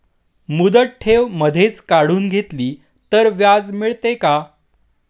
मुदत ठेव मधेच काढून घेतली तर व्याज मिळते का?